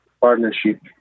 partnership